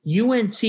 UNC